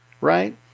Right